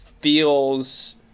feels